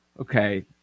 okay